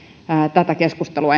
tätä keskustelua